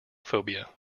phobia